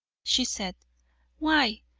she said why,